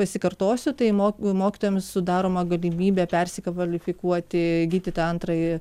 pasikartosiu tai mok mokytojams sudaroma galimybė persikvalifikuoti įgyti antrąjį